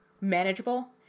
manageable